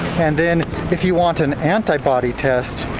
and then if you want an antibody test,